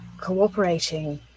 cooperating